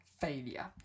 failure